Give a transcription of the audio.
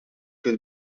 que